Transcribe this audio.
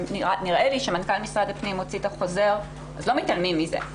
נראה לי שכאשר מנכ"ל משרד הפנים מוציא את החוזר אז לא מתעלמים מזה.